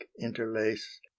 interlace